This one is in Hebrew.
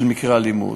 של מקרי אלימות.